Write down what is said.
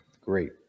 Great